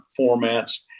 formats